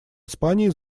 испании